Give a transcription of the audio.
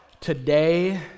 Today